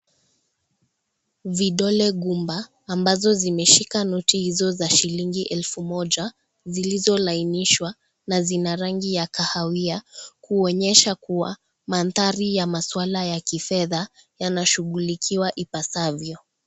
Vidole kumba, amabazo zimeshika noti hizo za shilingi elfu moja zilizolainishwa na zina rangi ya kahawia kuonyesha kuwa manthari ya maswala ya kifedha yanshughulukiwa ipasavyo.